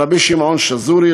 קבר רבי שמעון שזורי,